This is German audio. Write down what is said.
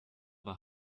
war